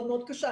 מאוד-מאוד קשה.